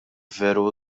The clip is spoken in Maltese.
veru